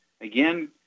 again